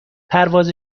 پرواز